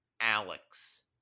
Alex